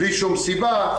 בלי שום סיבה,